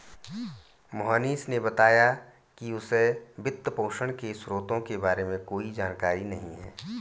मोहनीश ने बताया कि उसे वित्तपोषण के स्रोतों के बारे में कोई जानकारी नही है